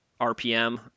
rpm